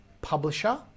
publisher